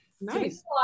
Nice